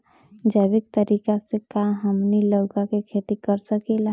जैविक तरीका से का हमनी लउका के खेती कर सकीला?